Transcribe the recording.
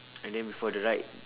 and then before the ride